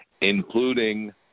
Including